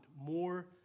more